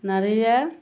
নারিয়ে দেয়